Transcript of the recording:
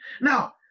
now